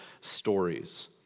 stories